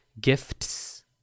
gifts